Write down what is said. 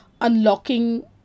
unlocking